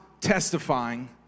testifying